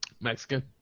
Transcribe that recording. Mexican